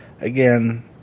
Again